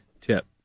tip